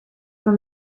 from